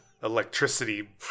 electricity